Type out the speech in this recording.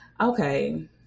Okay